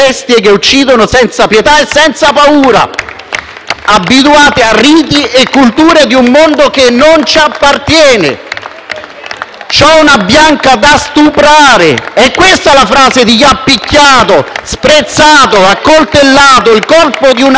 abituati a riti e culture di un mondo che non ci appartiene. «Ho una bianca da stuprare»; è questa la frase di chi ha picchiato, sprezzato, accoltellato il corpo di una ragazzina di appena sedici